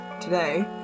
today